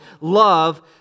love